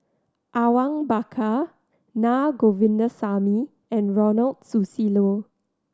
Awang Bakar Naa Govindasamy and Ronald Susilo